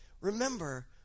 remember